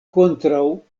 kontraŭ